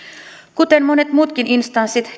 kuten monet muutkin instanssit